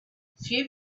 few